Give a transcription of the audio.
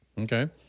Okay